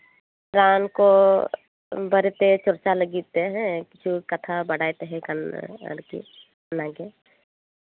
ᱨᱟᱱ ᱠᱚ ᱵᱟᱨᱮᱛᱮ ᱪᱚᱨᱪᱟ ᱞᱟ ᱜᱤᱫᱛᱮ ᱦᱮᱸ ᱠᱤᱪᱷᱩ ᱠᱟᱛᱷᱟ ᱵᱟᱲᱟᱭ ᱛᱟᱸᱦᱮ ᱠᱟᱱᱟ ᱟᱨᱠᱤ ᱚᱱᱟᱜᱮ